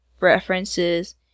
references